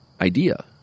idea